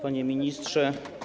Panie Ministrze!